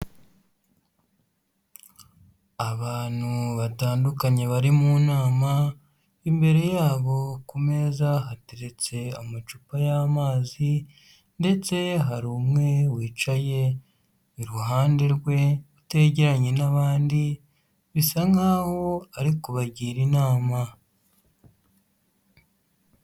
Abantu batandukanye bari mu nama, imbere yabo ku meza hateretse amacupa y'amazi ndetse hari umwe wicaye, iruhande rwe utegeranye n'abandi, bisa nkaho ari kubagira inama.